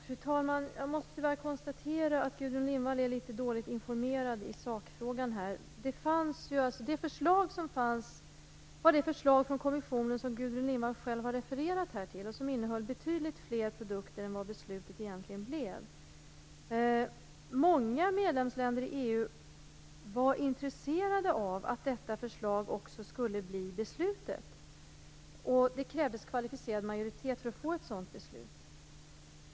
Fru talman! Jag måste tyvärr konstatera att Gudrun Lindvall är litet dåligt informerad i sakfrågan. Det förslag som fanns var det förslag från kommissionen som Gudrun Lindvall själv har refererat till och som innehöll betydligt fler produkter än de man egentligen fattade beslut om. Många medlemsländer i EU var intresserade av att detta förslag också skulle bli beslutet. Det krävdes kvalificerad majoritet för att få ett sådant beslut.